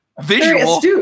visual